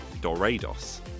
Dorados